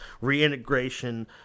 Reintegration